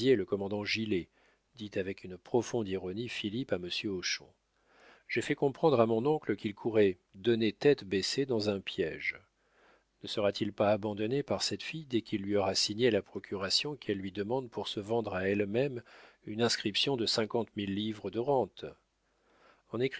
le commandant gilet dit avec une profonde ironie philippe à monsieur hochon j'ai fait comprendre à mon oncle qu'il courait donner tête baissée dans un piége ne sera-t-il pas abandonné par cette fille dès qu'il lui aura signé la procuration qu'elle lui demande pour se vendre à elle-même une inscription de cinquante mille livres de rente